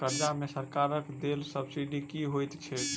कर्जा मे सरकारक देल सब्सिडी की होइत छैक?